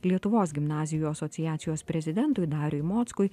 lietuvos gimnazijų asociacijos prezidentui dariui mockui